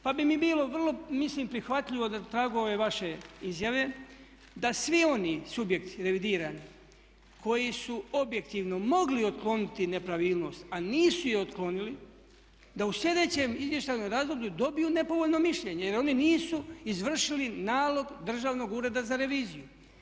Pa bi mi bilo vrlo mislim prihvatljivo da trag ove vaše izjave da svi oni subjekti revidirani koji su objektivno mogli otkloniti nepravilnost a nisu je otkloniti da u slijedećem izvještajnom razdoblju dobiju nepovoljno mišljenje jer oni nisu izvršili nalog Državnog ureda za reviziju.